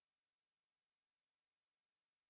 boleh dia suruh hold on